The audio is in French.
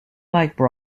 mike